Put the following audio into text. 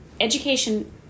Education